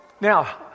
Now